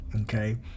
okay